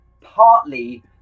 partly